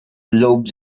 lobes